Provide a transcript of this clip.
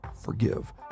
forgive